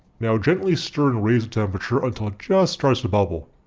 now gently stir and raise the temperature until it just starts to bubble.